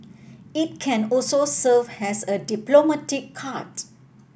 it can also serve as a diplomatic card